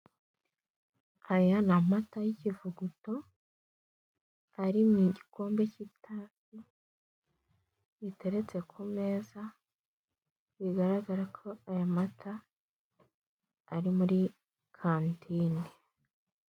Aya ni amata y'ikivuguto ari mu gikombe cy'itasi giteretse ku meza bigaragara ko aya mata ari muri katine.